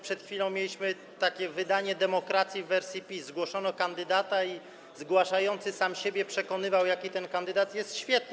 Przed chwilą mieliśmy wydanie demokracji w wersji PiS - zgłoszono kandydata i zgłaszający sam siebie przekonywał, jaki ten kandydat jest świetny.